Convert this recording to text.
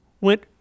went